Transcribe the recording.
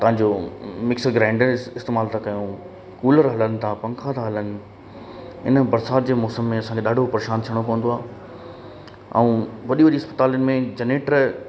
तव्हांजो mixer grinder इस्तेमाल था कयूं कूलर हलनि था पंखा था हलनि इन बरिसात जे मौसम में असां खे ॾाढो परेशान थियणो पवंदो आहे ऐं वॾी वॾी अस्पतालुनि में जनरेटर